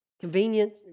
Convenient